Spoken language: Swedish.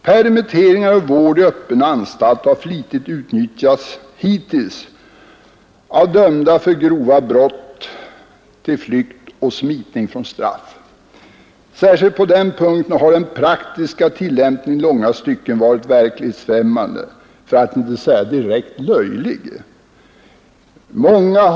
Permitteringar och vård i öppen anstalt har hittills flitigt utnyttjats till flykt och smitning från straff av dömda för grova brott. Många som fått fleråriga straff har kunnat smita i väg efter endast några få månader. Särskilt på denna punkt har den praktiska tillämpningen i långa stycken varit verklighetsfrämmande, för att inte säga direkt löjlig.